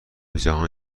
جهان